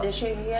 כדי שלא יהיה